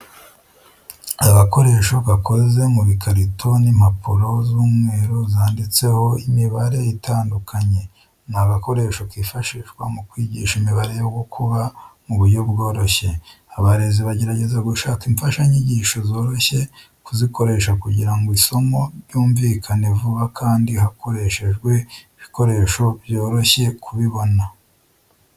Agakoresho gakoze mu bikarito n'impapuro z'umweru zanditseho imibare itandukanye, ni agakoresho kifashishwa mu kwigisha imibare yo gukuba mu buryo bworoshye. Abarezi bagerageza gushaka imfashanyigisho zoroshye kuzikoresha kugirango isomo ryumvikane vuba kandi hakoreshejwe ibikoresho byoroshye kubibona.